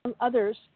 others